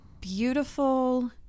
beautiful